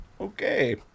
okay